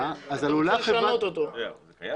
רגע,